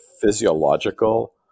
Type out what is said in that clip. physiological